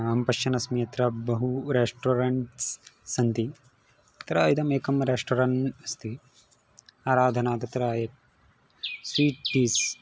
अहं पश्यन् अस्मि अत्र बहु रेस्टोरेण्ट्स् सन्ति तत्र इदम् एकं रेस्टोरेण्ट् अस्ति आराधना तत्र ये स्वीट् टीस्